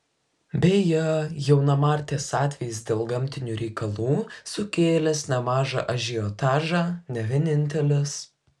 beje jaunamartės atvejis dėl gamtinių reikalų sukėlęs nemažą ažiotažą ne vienintelis